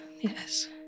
Yes